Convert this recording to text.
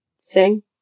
sing